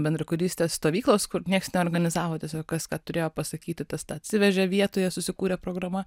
bendrakūrystės stovyklos kur niekas neorganizavo tiesiog kas ką turėjo pasakyti tas tą atsivežė vietoje susikūrė programa